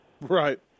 Right